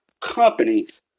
companies